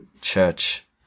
church